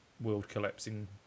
world-collapsing